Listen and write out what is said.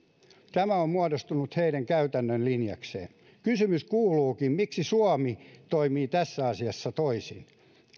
tämä on muodostunut heidän käytännön linjakseen kysymys kuuluukin miksi suomi toimii tässä asiassa toisin